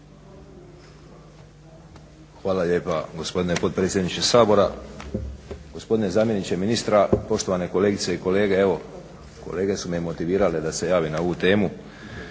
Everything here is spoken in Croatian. Hvala lijepa gospodine potpredsjedniče Sabora. Gospodine zamjeniče ministra, poštovane kolegice i kolege. Evo kolege su me motivirale da se javim na ovu temu